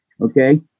Okay